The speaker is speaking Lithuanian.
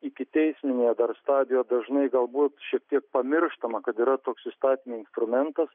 ikiteisminė stadija dažnai galbūt šiek tiek pamirštama kad yra toks įstatymo instrumentas